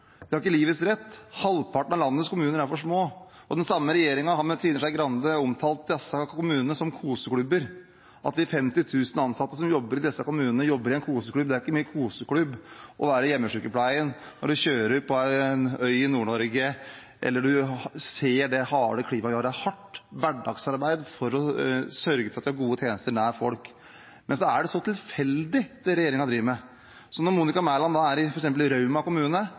De har ikke livets rett. Halvparten av landets kommuner er for små. Den samme regjeringen har med Trine Skei Grande omtalt disse kommunene som koseklubber, at de 50 000 ansatte som jobber i disse kommunene, jobber i en koseklubb. Det er ikke mye koseklubb å være i hjemmesykepleien når man kjører på en øy i Nord-Norge, og man ser det harde klimaet vi har. Det er hardt hverdagsarbeid å sørge for at det er gode tjenester nær folk. Det er så tilfeldig det regjeringen driver med. Når Monica Mæland er f.eks. i Rauma kommune,